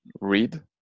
read